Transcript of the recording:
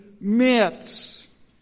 myths